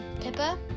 pippa